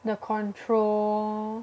the control